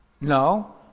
No